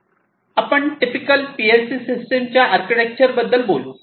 आपण typical P L system च्या architecture बद्दल बोलू